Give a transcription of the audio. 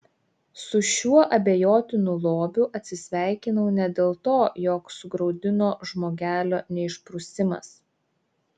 su šiuo abejotinu lobiu atsisveikinau ne dėl to jog sugraudino žmogelio neišprusimas